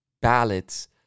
ballots